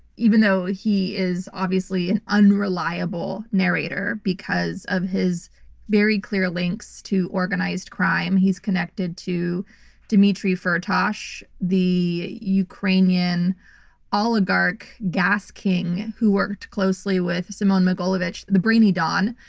even though he is obviously an unreliable narrator, because of his very clear links to organized crime. he's connected to dmytro firtash, the ukrainian oligarch, gas king, who worked closely with semion mogilevich, the brainy don,